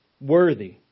worthy